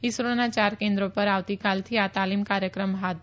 ઇસરોના ચાર કેન્દ્રો પર આવતીકાલથી આ તાલીમ કાર્યક્રમ હાથ ધરાશે